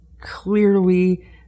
clearly